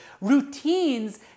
routines